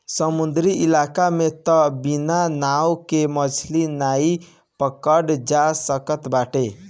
समुंदरी इलाका में तअ बिना नाव के मछरी नाइ पकड़ल जा सकत बाटे